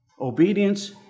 obedience